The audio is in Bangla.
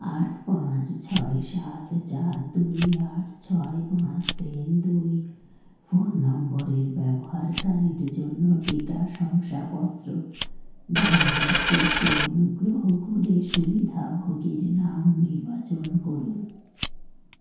আট পাঁচ ছয় সাত চার দুই আট ছয় পাঁচ তিন দুই ফোন নম্বরের ব্যবহারকারীর জন্য টিকা শংসাপত্র ডাউনলোড করতে অনুগ্রহ করে সুবিধাভোগীর নাম নির্বাচন করুন